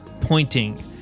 pointing